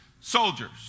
soldiers